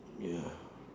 ya